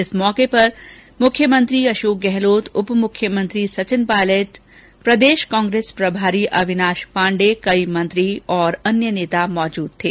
इस अवसर पर मुख्यमंत्री अशोक गहलोत उपमुख्यमंत्री सचिन पायलट कांग्रेस प्रदेश प्रभारी अविनाश पांडे कई मंत्री और अन्य नेता मौजूद थे